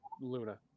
Luna